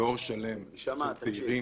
דור שלם של צעירים.